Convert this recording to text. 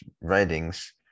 writings